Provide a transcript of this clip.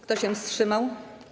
Kto się wstrzymał?